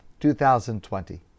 2020